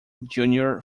junior